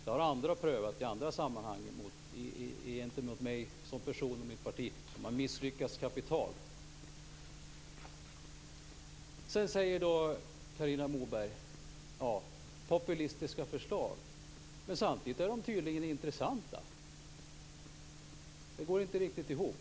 Det har andra prövat i andra sammanhang gentemot mig som person och mitt parti, men man har misslyckats kapitalt. Sedan säger Carina Moberg att det är populistiska förslag. Men samtidigt är de tydligen intressanta. Det går inte riktigt ihop.